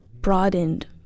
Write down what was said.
broadened